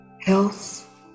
health